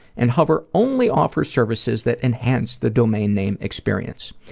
and hover only offers services that enhance the domain name experience.